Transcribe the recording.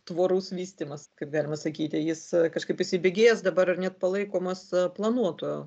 tvorus vystymas kaip galima sakyti jis kažkaip įsibėgėjęs dabar net palaikomas planuotojų